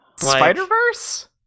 Spider-Verse